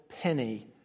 penny